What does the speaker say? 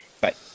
Bye